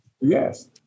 Yes